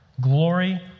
Glory